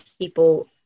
people